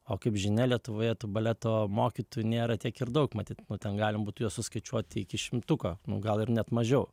o kaip žinia lietuvoje tų baleto mokytojų nėra tiek ir daug matyt nu ten galima būtų juos suskaičiuoti iki šimtuko o gal ir net mažiau